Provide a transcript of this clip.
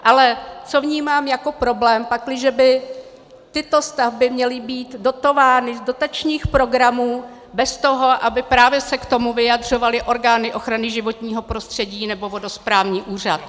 Ale co vnímám jako problém, pakliže by tyto stavby měly být dotovány z dotačních programů bez toho, aby se k tomu právě vyjadřovaly orgány ochrany životního prostředí nebo vodosprávní úřad.